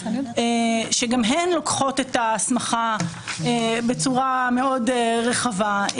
שגם הן לוקחות את ההסמכה בצורה מאוד רחבה,